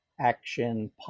action